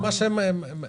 ההסכמות.